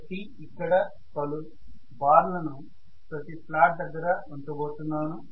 కాబట్టి ఇక్కడ పలు బార్లను ప్రతి స్లాట్ దగ్గర ఉంచబోతున్నాను